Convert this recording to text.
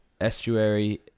Estuary